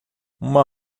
uma